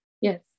Yes